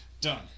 Done